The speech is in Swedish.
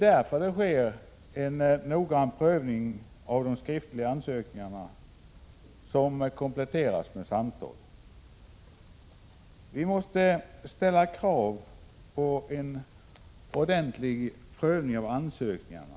Därför sker en noggrann prövning av de skriftliga ansökningarna, som kompletteras med samtal. Vi måste ställa krav på en ordentlig prövning av ansökningarna.